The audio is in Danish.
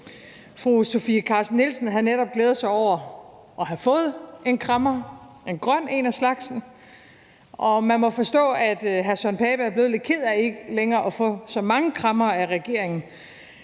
fru Sofie Carsten Nielsen havde netop glædet sig over at have fået en krammer, en grøn en af slagsen, og man må forstå, at hr. Søren Pape Poulsen er blevet lidt ked af ikke længere at få så mange krammere af regeringen,